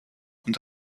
und